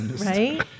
Right